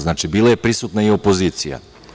Znači, bila je prisutna i opozicija.